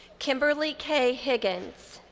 kimberly k. higgins.